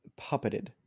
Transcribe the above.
puppeted